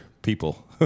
People